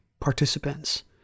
participants